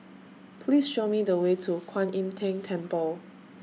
Please Show Me The Way to Kuan Im Tng Temple